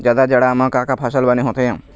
जादा जाड़ा म का का फसल बने होथे?